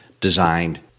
designed